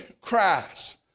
Christ